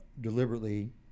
deliberately